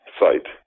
site